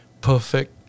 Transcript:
perfect